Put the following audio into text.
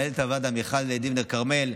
מנהלת הוועדה מיכל דיבנר כרמל,